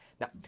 Now